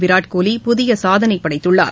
Virat Kohli புதியசாதனைபடைத்துள்ளார்